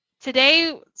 Today